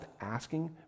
asking